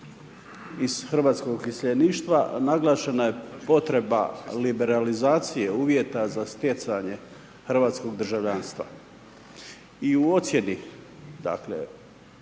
iz hrvatskog iseljeništva naglašena je potreba liberalizacije uvjeta za sjecanje hrvatskog državljanstva. I u ocijeni dakle